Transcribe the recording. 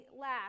last